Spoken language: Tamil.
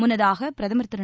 முன்னதாக பிரதமர் திரு